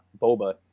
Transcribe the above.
Boba